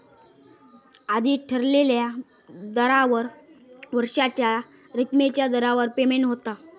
आधीच ठरलेल्या दरावर वर्षाच्या रकमेच्या दरावर पेमेंट होता